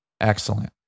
Excellent